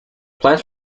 plans